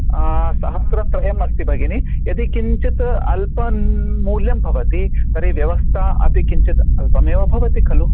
सहस्रत्रयमस्ति भगिनी यदि किञ्चित् अल्पं मूल्यं भवति तर्हि व्यवस्था अपि किञ्चित् अल्पमेव भवति खलु